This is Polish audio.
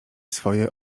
swoje